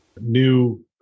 new